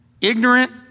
ignorant